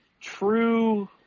true